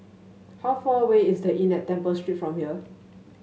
how far away is The Inn at Temple Street from here